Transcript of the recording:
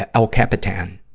ah el capitan,